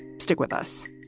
stick with us